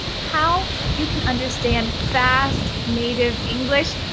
how you can understand fast native english.